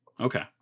Okay